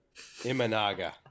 Imanaga